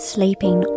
Sleeping